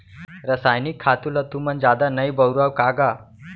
रसायनिक खातू ल तुमन जादा नइ बउरा का गा?